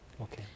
okay